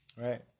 Right